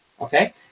Okay